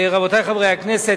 רבותי חברי הכנסת,